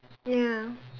ya